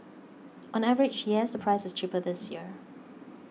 on average yes the price is cheaper this year